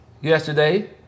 yesterday